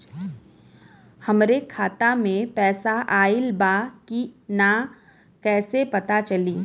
हमरे खाता में पैसा ऑइल बा कि ना कैसे पता चली?